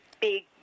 big